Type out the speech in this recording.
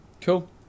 cool